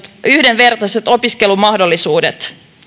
yhdenvertaiset opiskelumahdollisuudet